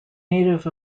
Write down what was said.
native